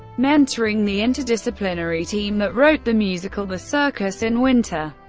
mentoring the interdisciplinary team that wrote the musical the circus in winter,